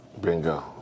Bingo